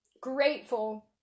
grateful